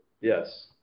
Yes